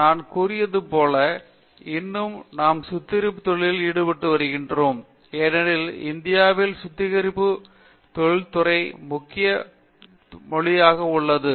நான் கூறியது போல இன்று நாம் சுத்திகரிப்புத் தொழிலில் ஈடுபட்டு வருகிறோம் ஏனெனில் இந்தியாவில் சுத்திகரிப்புத் தொழில்துறை முக்கிய தொழிலாக உள்ளது